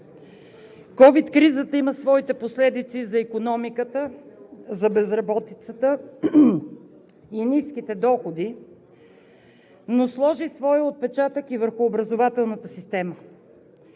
Ковид кризата има своите последици за икономиката, за безработицата и ниските доходи, но сложи своя отпечатък и върху образователната система.